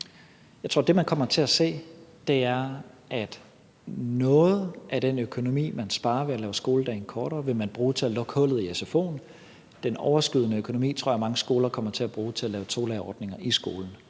Jeg tror, at det, man kommer til at se, er, at noget af den økonomi, man sparer ved at lave skoledagen kortere, vil man bruge til at lukke hullet i sfo'en. Den overskydende økonomi tror jeg mange skoler kommer til at bruge til at lave tolærerordninger i skolen.